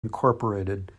incorporated